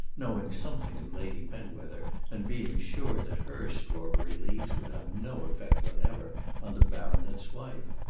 knowing something of lady penwether and being sure that her strawberry leaves would have no effect whatever on the baronet's wife.